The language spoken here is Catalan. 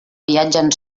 viatgen